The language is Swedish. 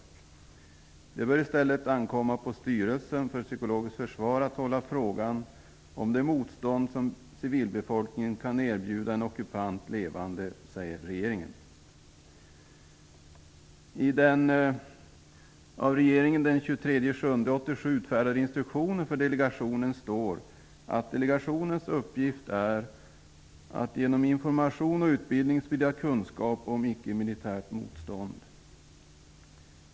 Regeringen anser att det bör i stället ankomma på Styrelsen för psykologiskt försvar att hålla frågan om det motstånd som civilbefolkningen kan bjuda en ockupant levande. I den av regeringen den 23 juli 1987 utfärdade instruktionen för delegationen står det att delegationens uppgift är att med hjälp av information och utbildning sprida kunskap om icke-militärt motstånd.